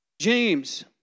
James